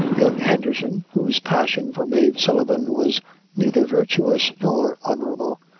young henderson, whose passion for mave sullivan was neither virtuous nor honorable,